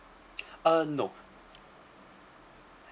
uh nope